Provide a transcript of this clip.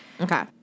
Okay